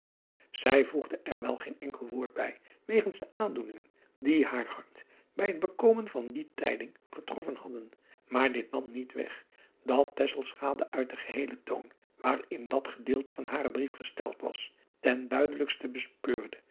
ij voegde er wel geen enkel woord bij wegens de aandoeningen die haar hart bij het bekomen van die tijding getroffen hadden maar dit nam niet weg dat uit den geheelen toon waarin dat gedeelte van haren brief gesteld was ten duidelijkste bespeurde